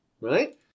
Right